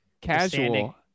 casual